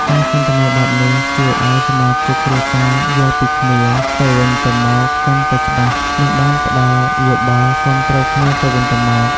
ការសន្ទនាបែបនេះ ជួយឲ្យសមាជិកគ្រួសារយល់ពីគ្នាទៅវិញទៅមកកាន់តែច្បាស់ និងបានផ្តល់យោបល់គាំទ្រគ្នាទៅវិញទៅមក។